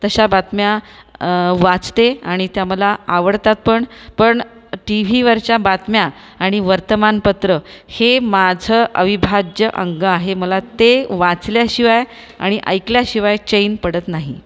तशा बातम्या वाचते आणि त्या मला आवडतात पण पण टिव्हीवरच्या बातम्या आणि वर्तमानपत्र हे माझं अविभाज्य अंग आहे मला ते वाचल्याशिवाय आणि ऐकल्याशिवाय चैन पडत नाही